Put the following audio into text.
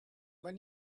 when